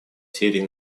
сирии